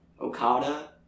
Okada